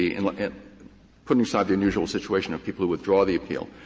yeah and like ah putting aside the unusual situation of people who withdraw the appeal,